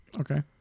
okay